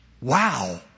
Wow